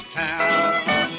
town